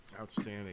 Outstanding